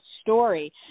story